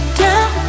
down